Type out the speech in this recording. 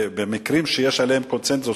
במקרים שיש עליהם קונסנזוס,